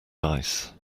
ice